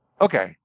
okay